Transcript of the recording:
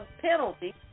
penalty